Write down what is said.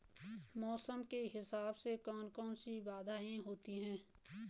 मौसम के हिसाब से कौन कौन सी बाधाएं होती हैं?